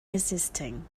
resisting